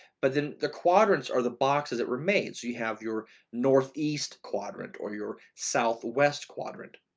but then the quadrants are the boxes that were made, so you have your northeast quadrant or your southwest quadrant.